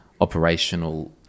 Operational